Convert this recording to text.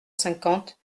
cinquante